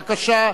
בבקשה.